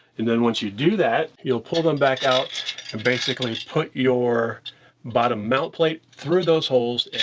and then, once you do that, you'll pull them back out and basically put your bottom mount plate through those holes.